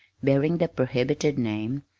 bearing the prohibited name,